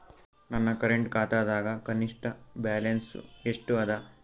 ನನ್ನ ಕರೆಂಟ್ ಖಾತಾದಾಗ ಕನಿಷ್ಠ ಬ್ಯಾಲೆನ್ಸ್ ಎಷ್ಟು ಅದ